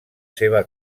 seva